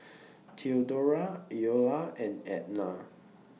Theodora Iola and Ednah